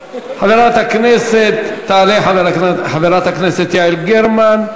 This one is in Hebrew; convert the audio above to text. תעלה חברת הכנסת יעל גרמן,